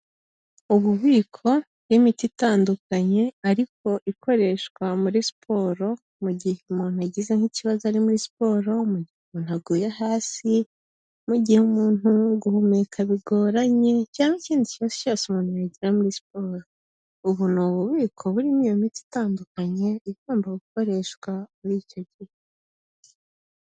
Ububiko bw'imiti itandukanye ariko ikoreshwa muri siporo mu gihe umuntu agize nk'ikibazo ari muri siporo, mu gihe umuntu aguye hasi, mu gihe umuntu guhumeka bigoranye cyangwa ikindi kibazo cyose umuntu yagira muri siporo, ubu ni ububiko burimo iyo miti itandukanye igomba gukoreshwa muri icyo gihe.